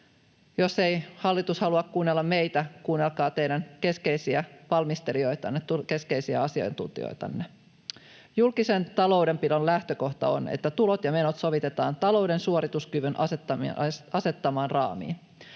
Jos ei hallitus halua kuunnella meitä, kuunnelkaa teidän keskeisiä valmistelijoitanne, keskeisiä asiantuntijoitanne. Julkisen taloudenpidon lähtökohta on, että tulot ja menot sovitetaan talouden suorituskyvyn asettamaan raamiin.